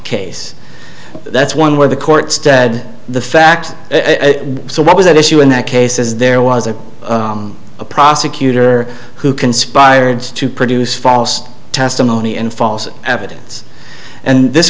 case that's one where the court stead the fact so what was at issue in that case is there was a prosecutor who conspired to produce false testimony and false evidence and this